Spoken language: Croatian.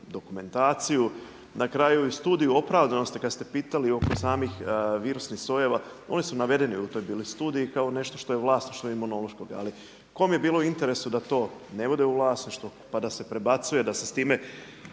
dokumentaciju. Na kraju i Studiju opravdanosti kada ste pitali oko samih virusnih sojeva oni su navedeni bili u toj studiji kao nešto što je vlasništvo Imunološkoga. Ali kom je bilo u interesu da to ne bude u vlasništvu, pa da se prebacuje, da se s time